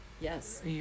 Yes